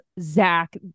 Zach